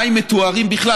מים מטוהרים בכלל,